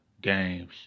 games